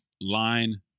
line